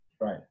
Right